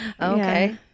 okay